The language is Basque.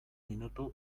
minutu